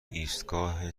ایستگاه